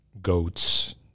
goats